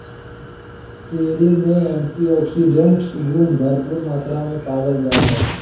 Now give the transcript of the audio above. cherry में antioxidants गुण भरपूर मात्रा में पावल जा हइ